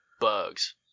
Bugs